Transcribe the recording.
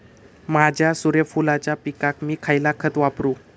माझ्या सूर्यफुलाच्या पिकाक मी खयला खत वापरू?